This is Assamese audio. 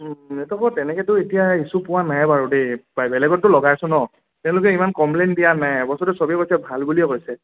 নেটৱৰ্কৰ তেনেকেতো এতিয়া ইচছ্যু পোৱা নাই বাৰু দেই বেলেগতো লগাইছোঁ ন তেওঁলোকে ইমান কমপ্লেইন দিয়া নাই বস্তুটো চবেই কৈছে ভাল বুলিয়ে কৈছে